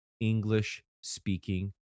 English-speaking